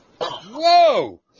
Whoa